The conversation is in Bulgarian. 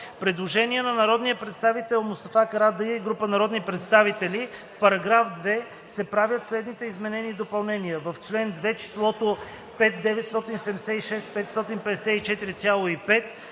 Предложение на народния представител Мустафа Карадайъ и група народни представители „В параграф 2 се правят следните изменения и допълнения: - В чл. 2 числото „5 976 554,5